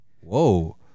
Whoa